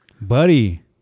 Buddy